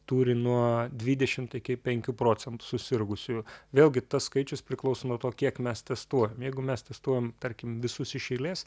turi nuo dvidešimt iki penkių procentų susirgusiųjų vėlgi tas skaičius priklauso nuo to kiek mes testuojam jeigu mes testuojam tarkim visus iš eilės